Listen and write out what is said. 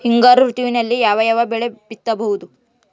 ಹಿಂಗಾರು ಋತುವಿನಲ್ಲಿ ಯಾವ ಯಾವ ಬೆಳೆ ಬಿತ್ತಬಹುದು?